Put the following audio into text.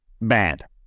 bad